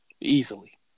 Easily